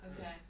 Okay